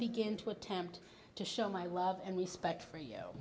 begin to attempt to show my love and respect for you